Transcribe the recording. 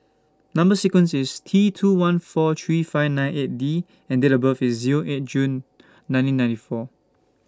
Number sequence IS T two one four three five nine eight D and Date of birth IS Zero eight June nineteen ninety four